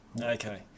okay